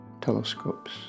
telescopes